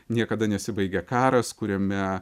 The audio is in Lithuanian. niekada nesibaigia karas kuriame